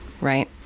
right